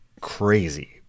crazy